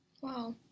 Wow